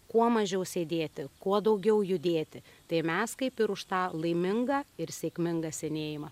kuo mažiau sėdėti kuo daugiau judėti tai mes kaip ir už tą laimingą ir sėkmingą senėjimą